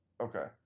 okay